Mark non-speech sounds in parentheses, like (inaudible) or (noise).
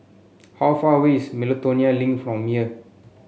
(noise) how far away is Miltonia Link from here